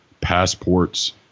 passports